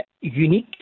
unique